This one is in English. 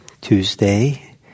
Tuesday